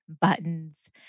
buttons